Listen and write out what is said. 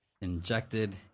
injected